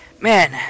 man